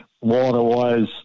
water-wise